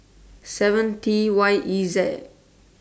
seven T Y E Z